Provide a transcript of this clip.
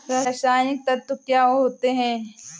रसायनिक तत्व क्या होते हैं?